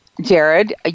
Jared